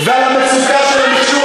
ועל המצוקה של המכשור